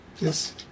Yes